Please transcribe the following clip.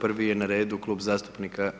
Prvi je na redu Klub zastupnika